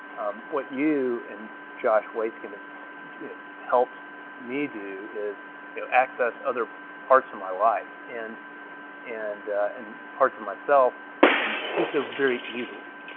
um what you and josh waitzkin helped me do is you know access other parts of my life and and and parts of myself and do so very easily,